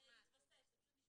זה התווסף, זה פשוט נשמט.